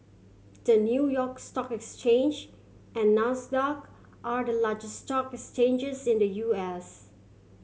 the New York Stock Exchange and Nasdaq are the largest stock exchanges in the U S